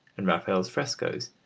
and raphael's frescoes,